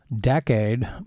decade